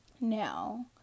Now